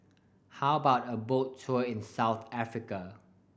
how about a boat tour in South Africa